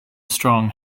strong